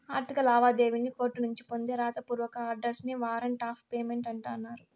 ఆర్థిక లావాదేవీల్లి కోర్టునుంచి పొందే రాత పూర్వక ఆర్డర్స్ నే వారంట్ ఆఫ్ పేమెంట్ అంటన్నారు